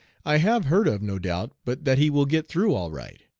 i have heard of no doubt but that he will get through all right.